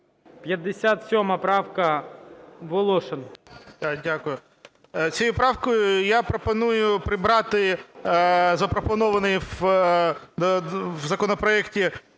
57 правка, Волошин.